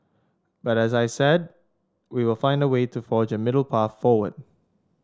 but as I said we will find a way to forge a middle path forward